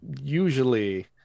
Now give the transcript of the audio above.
Usually